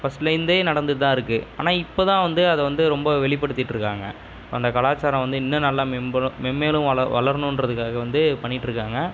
ஃபர்ஸ்ட்லேருந்தே நடந்துட்டு தான் இருக்குது ஆனால் இப்போ தான் வந்து அதை வந்து ரொம்ப வெளிப்படுத்திட்டு இருக்காங்கள் அந்த கலாச்சாரம் வந்து இன்னும் நல்லா மேம்படும் மேன்மேலும் வளர் வளரணுன்றதுக்காக வந்து பண்ணிக்கிட்டு இருக்காங்கள்